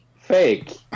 fake